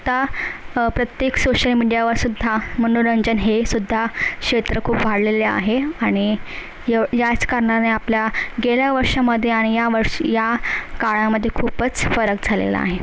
आत्ता प्रत्येक सोशल मीडियावरसुद्धा मनोरंजन हेसुद्धा क्षेत्र खूप वाढलेले आहे आणि एव याच कारणाने आपल्या गेल्या वर्षामध्ये आणि या वर्षी या काळामध्ये खूपच फरक झालेला आहे